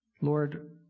Lord